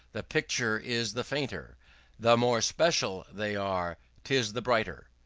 the picture is the fainter the more special they are, tis the brighter.